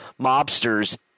mobsters